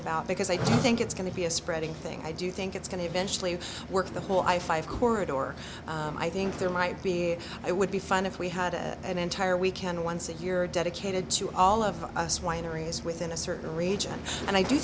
about because i think it's going to be a spreading thing i do think it's going to eventually work the whole i five corridor i think there might be it would be fun if we had a an entire weekend once a year dedicated to all of us wineries within a certain region and i do